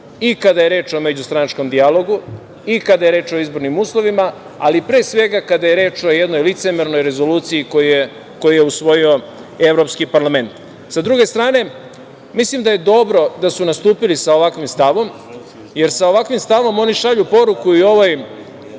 i kada je reč o međustranačkom dijalogu, i kada je reč o izbornim uslovima, ali pre svega kada je reč o jednoj licemernoj rezoluciji, koju je usvojio Evropski parlament. Sa druge strane, mislim da je dobro da su nastupili sa ovakvim stavom, jer sa ovakvim stavom, oni šalju poruku i ovoj,